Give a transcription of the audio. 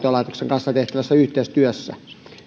kanssa tehtävässä yhteistyössä